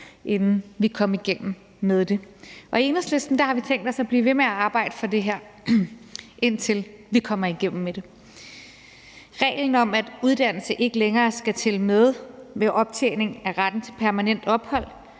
inden vi kom igennem med det. I Enhedslisten har vi tænkt os at blive ved med at arbejde for det her, indtil vi kommer igennem med det. Reglen om, at uddannelse ikke længere skal tælle med ved optjening af retten til permanent ophold,